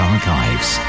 Archives